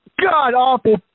god-awful